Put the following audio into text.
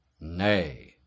nay